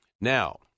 Now